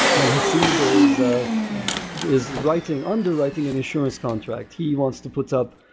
and hasiba is ah is writing, underwriting an insurance contract. he wants to put up,